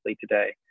today